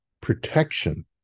protection